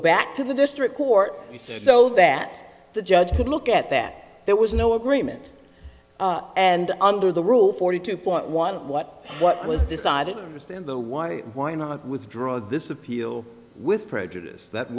back to the district court so that the judge could look at that there was no agreement and under the rule forty two point one what what was decided on the stand the why why not withdraw this appeal with prejudice that